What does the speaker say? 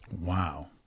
Wow